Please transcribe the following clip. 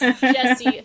Jesse